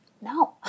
No